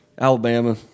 Alabama